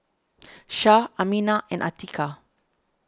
Syah Aminah and Atiqah